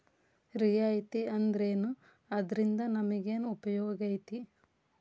ರಿಯಾಯಿತಿ ಅಂದ್ರೇನು ಅದ್ರಿಂದಾ ನಮಗೆನ್ ಉಪಯೊಗೈತಿ?